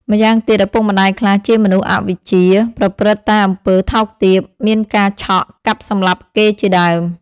ម្យ៉ាងទៀត ឪពុកម្ដាយខ្លះជាមនុស្សអវិជ្ជា ប្រព្រឹត្តតែអំពើថោកទាប មានការឆក់ កាប់សម្លាប់គេជាដើម ។